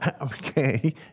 Okay